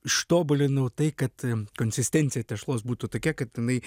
ištobulinau tai kad konsistencija tešlos būtų tokia kad jinai